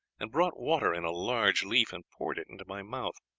and brought water in a large leaf, and poured it into my mouth.